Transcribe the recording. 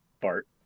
Bart